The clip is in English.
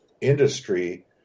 industry